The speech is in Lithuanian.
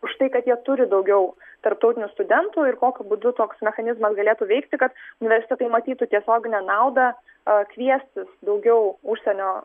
už tai kad jie turi daugiau tarptautinių studentų ir kokiu būdu toks mechanizmas galėtų veikti kad universitetai matytų tiesioginę naudą a kviestis daugiau užsienio